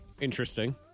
interesting